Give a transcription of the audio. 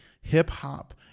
hip-hop